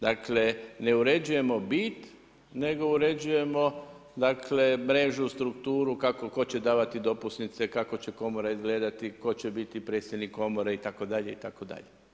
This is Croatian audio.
Dakle ne uređujemo bit nego uređujemo dakle mrežu, strukturu, kako, tko će davati dopusnice, kako će komora izgledati, tko će biti predsjednik komore itd., idt.